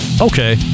okay